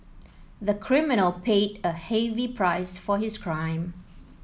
the criminal paid a heavy price for his crime